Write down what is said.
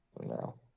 No